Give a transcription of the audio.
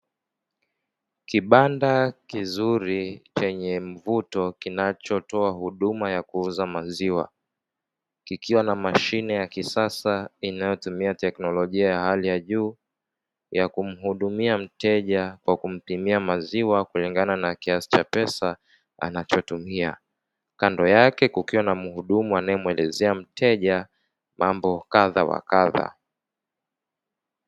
Kibanda kizuri chenye mvuto kinachotoa huduma ya kuuza maziwa, kikiwa na mashine ya kisasa inayotumia teknolojia ya hali ya juu ya kumhudumia mteja kwa kumpimia maziwa kulingana na kiasi cha pesa anachotumia. Kandi yake kukiwa na mhudumu anayemuelezea mteja mambo kadha wa kadha.